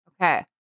Okay